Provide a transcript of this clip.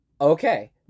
Okay